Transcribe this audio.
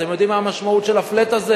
אתם יודעים מה המשמעות של ה- flatהזה?